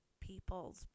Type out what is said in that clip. people's